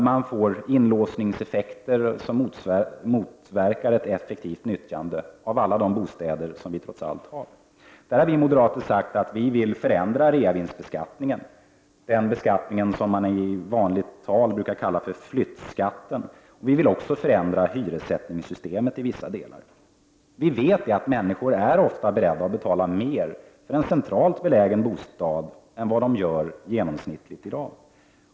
Man får därigenom inlåsningseffekter som motverkar ett effektivt utnyttjande av alla de bostäder som vi trots allt har. Vi moderater har sagt att vi vill förändra reavinstbeskattningen — den beskattning som man i dagligt tal brukar kalla flyttskatten. För det andra vill vi i vissa delar förändra hyressättningssystemet. Vi vet att människor ofta är beredda att betala mer för en centralt belägen bostad än vad de i genomsnitt gör i dag.